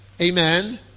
amen